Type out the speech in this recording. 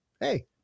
Hey